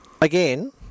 again